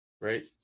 Right